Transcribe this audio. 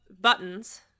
buttons